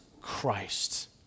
Christ